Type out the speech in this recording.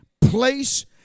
place